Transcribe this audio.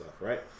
right